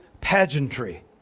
pageantry